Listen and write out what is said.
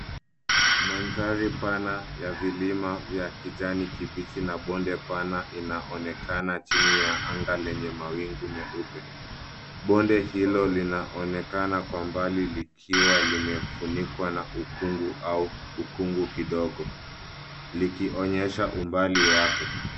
Mandhari pana ya vilima vya kijani kibichi na bonde pana inaonekana chini ya anga lenye mawingu meupe. Bonde hilo linaonekana kwa mbali likiwa limefunikwa na ukungu au ukungu kidogo, likionyesha umbali wake.